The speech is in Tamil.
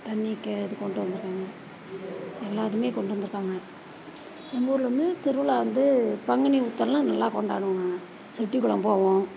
தண்ணிக்கு அது கொண்டு வந்துருக்காங்க எல்லா இதுவுமே கொண்டு வந்துருக்காங்க எங்கள் ஊரில் வந்து திருவிழா வந்து பங்குனி உத்திரம்லாம் நல்லா கொண்டாடுவோம் நாங்கள் செட்டிகுளம் போவோம்